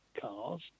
cars